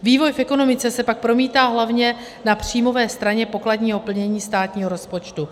Vývoj v ekonomice se pak promítá hlavně na příjmové straně pokladního plnění státního rozpočtu.